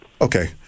Okay